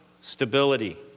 stability